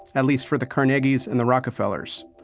at least for the carnegies and the rockefellers.